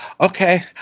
Okay